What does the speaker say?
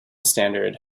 standard